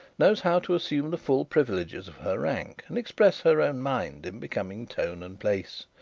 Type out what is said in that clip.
knows how to assume the full privileges of her rank, and express her own mind in becoming tone and place.